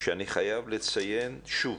שאני חייב לציין שוב,